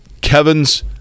Kevin's